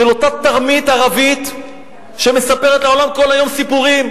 של אותה תרמית ערבית שמספרת לעולם כל היום סיפורים.